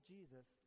Jesus